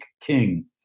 King